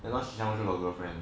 that one 子浩 also got girlfriend